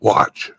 Watch